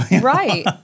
Right